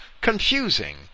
confusing